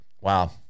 wow